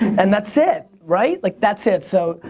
and that's it, right? like that's it so,